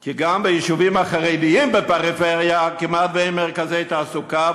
כי גם ביישובים החרדיים בפריפריה כמעט אין מרכזי תעסוקה,